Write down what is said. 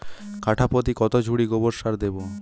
কাঠাপ্রতি কত ঝুড়ি গোবর সার দেবো?